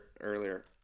earlier